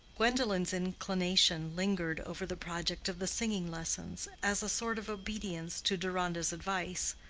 gwendolen's inclination lingered over the project of the singing lessons as a sort of obedience to deronda's advice,